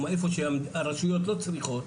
איפה שהרשויות לא צריכות,